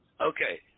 Okay